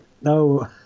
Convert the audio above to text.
No